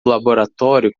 laboratório